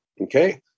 Okay